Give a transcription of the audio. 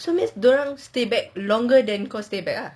so means dorang stay back longer than kau stay back ah